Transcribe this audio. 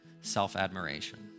self-admiration